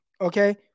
okay